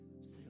Say